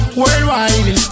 worldwide